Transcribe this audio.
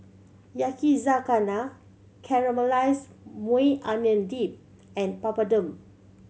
Yakizakana Caramelized Maui Onion Dip and Papadum